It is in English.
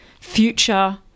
future